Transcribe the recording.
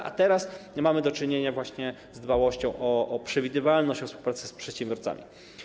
A teraz mamy do czynienia właśnie z dbałością o przewidywalność, o współpracę z przedsiębiorcami.